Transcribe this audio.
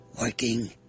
working